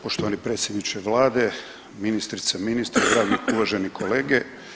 Poštovani predsjedniče vlade, ministrice, ministri, dragi uvaženi kolege.